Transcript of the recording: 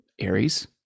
aries